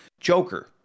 Joker